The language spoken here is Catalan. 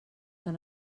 tan